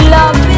Love